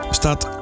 staat